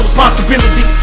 Responsibility